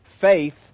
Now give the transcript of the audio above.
Faith